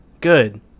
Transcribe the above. Good